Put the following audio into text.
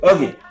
Okay